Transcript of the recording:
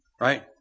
right